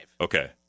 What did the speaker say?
Okay